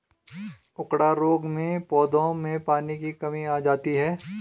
उकडा रोग में पौधों में पानी की कमी आ जाती है